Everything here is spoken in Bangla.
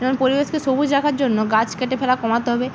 যেমন পরিবেশকে সবুজ রাখার জন্য গাছ কেটে ফেলা কমাতে হবে